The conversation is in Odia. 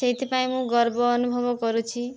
ସେଥିପାଇଁ ମୁଁ ଗର୍ବ ଅନୁଭବ କରୁଛି